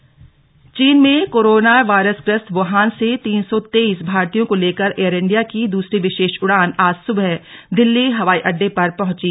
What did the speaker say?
व्रहान विशेष उडान चीन में कोरोना वायरस ग्रस्त वुहान से तीन सौ तेईस भारतीयों को लेकर एयर इंडिया की दूसरी विशेष उड़ान आज सुबह दिल्ली हवाई अड्डे पर पहची